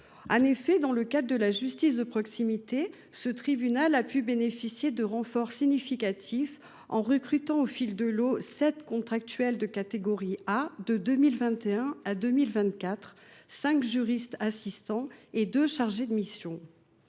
Dans le cadre de la justice de proximité, ce tribunal a pu bénéficier de renforts significatifs en recrutant au fil de l’eau sept contractuels de catégorie A de 2021 à 2024, cinq juristes assistants et deux chargés de mission.